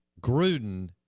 Gruden